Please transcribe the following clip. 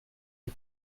les